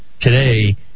today